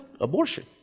abortion